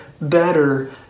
better